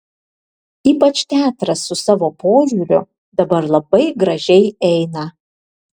ypač teatras su savo požiūriu dabar labai gražiai eina